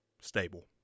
stable